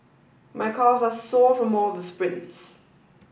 my calves are sore from all the sprints